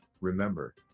remember